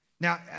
Now